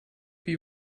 wie